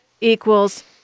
equals